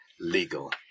legal